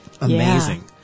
Amazing